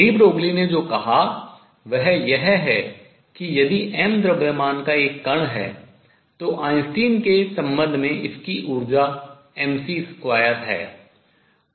D Broglie ने जो कहा वह यह है कि यदि m द्रव्यमान का एक कण है तो आइंस्टीन के संबंध में इसकी ऊर्जा mc2 है